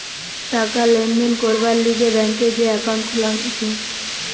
টাকা লেনদেন করবার লিগে ব্যাংকে যে একাউন্ট খুলা হতিছে